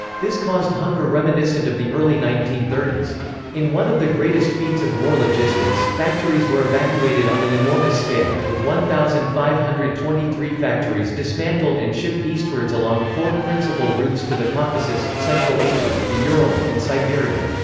this caused hunger reminiscent of the early nineteen in one of the greatest feats of war logistics, factories were evacuated on an enormous scale, with one thousand five hundred and twenty three factories dismantled and shipped eastwards along four principal routes to the caucasus, central asia, the ural, and siberia.